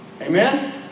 Amen